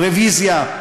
רוויזיה,